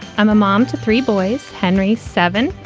i'm a mom to three boys, henry seven,